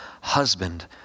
husband